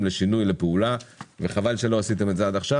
לשינוי לפעולה וחבל שלא עשיתם את זה עד עכשיו.